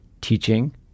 teaching